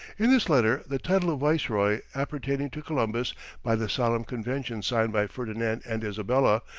in this letter, the title of viceroy appertaining to columbus by the solemn conventions signed by ferdinand and isabella,